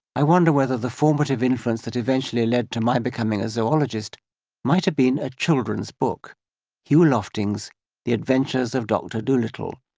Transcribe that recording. i wonder whether the formative influence that eventually led to my becoming a zoologist might have been a children's book hugh lofting's the adventures of doctor dolittle,